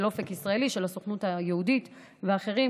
אופק ישראלי של הסוכנות היהודית ואחרים,